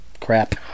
crap